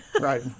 Right